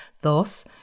Thus